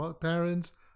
Parents